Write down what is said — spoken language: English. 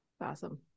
Awesome